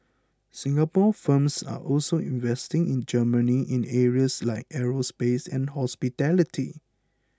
Singapore firms are also investing in Germany in areas like aerospace and hospitality